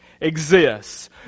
exists